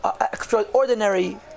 extraordinary